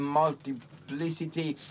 multiplicity